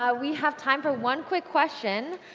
ah we have time for one quick question.